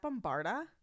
bombarda